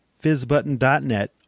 fizzbutton.net